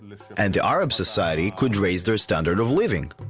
and the arab society could raise their standard of living.